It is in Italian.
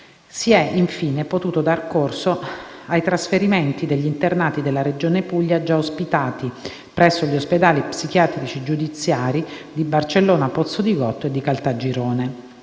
si è, infine, potuto dar corso ai trasferimenti degli internati della Regione Puglia già ospitati presso gli ospedali psichiatrici giudiziari di Barcellona Pozzo di Gotto e di Caltagirone.